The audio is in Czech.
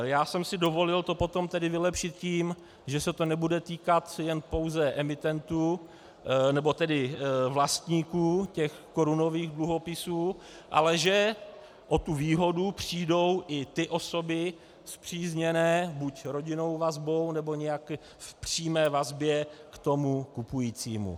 Já jsem si dovolil to potom vylepšit tím, že se to nebude týkat pouze emitentů nebo vlastníků korunových dluhopisů, ale že o tu výhodu přijdou i ty osoby spřízněné buď rodinnou vazbou, nebo v nějaké přímé vazbě ke kupujícímu.